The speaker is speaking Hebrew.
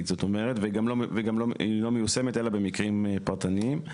פרטנית ובפועל היא לא מיושמת אלא במקרים פרטניים.